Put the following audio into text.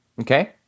Okay